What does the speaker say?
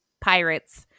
pirates